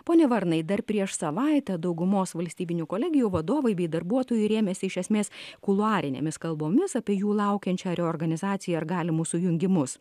pone varnai dar prieš savaitę daugumos valstybinių kolegijų vadovai bei darbuotojai rėmėsi iš esmės kuluarinėmis kalbomis apie jų laukiančią reorganizaciją ar galimus sujungimus